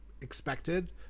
expected